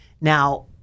now